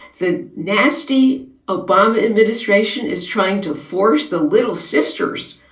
the nasty obama administration is trying to force the little sisters,